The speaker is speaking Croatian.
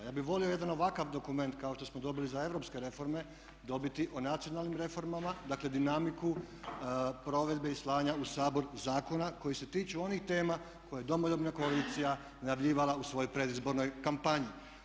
Ja bih volio jedan ovakav dokument kao što smo dobili za europske reforme dobiti o nacionalnim reformama, dakle dinamiku provedbe i slanja u Sabor zakona koji se tiču onih tema koje je Domoljubna koalicija najavljivala u svojoj predizbornoj kampanji.